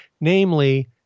namely